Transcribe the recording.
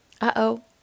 Uh-oh